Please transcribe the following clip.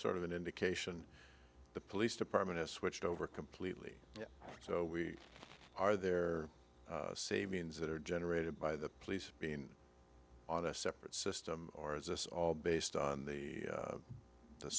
sort of an indication the police department has switched over completely so we are there savings that are generated by the police being on a separate system or as us all based on the